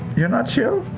you're not chill?